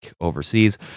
overseas